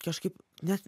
kažkaip net